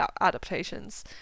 adaptations